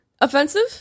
offensive